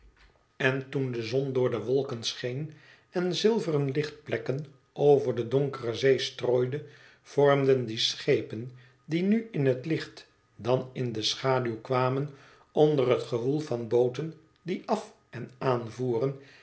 en toen de zon door de wolken scheen en zilveren lichtplekken over de donkere zee strooide vormden die schepen die nu in het licht dan in de schaduw kwamen onder het gewoel van booten die af en aanvoeren